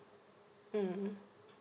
mm